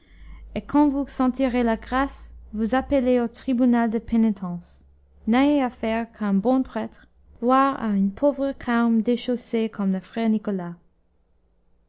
et quand vous sentirez la grâce vous appeler au tribunal de pénitence n'ayez affaire qu'à un bon prêtre voire à un pauvre carme déchaussé comme le frère nicolas